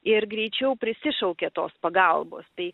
ir greičiau prisišaukia tos pagalbos tai